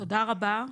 תודה רבה.